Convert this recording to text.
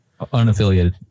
Unaffiliated